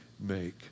make